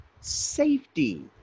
safety